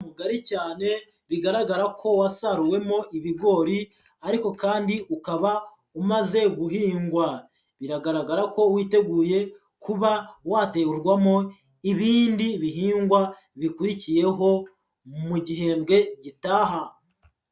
Mugari cyane bigaragara ko wasaruwemo ibigori ariko kandi ukaba umaze guhingwa, biragaragara ko witeguye kuba waterwamo ibindi bihingwa bikurikiyeho mu gihembwe gitaha.